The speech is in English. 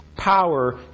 power